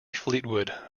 fleetwood